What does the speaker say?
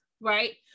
right